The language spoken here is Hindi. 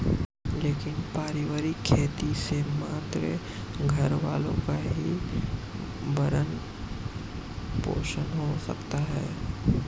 लेकिन पारिवारिक खेती से मात्र घरवालों का ही भरण पोषण हो सकता है